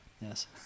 Yes